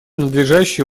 надлежащее